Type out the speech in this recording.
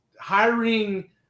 hiring